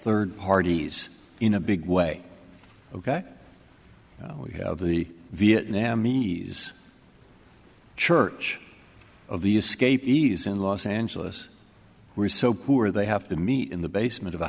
third parties in a big way ok we have the viet nam knees church of the escape ease in los angeles were so poor they have to meet in the basement of a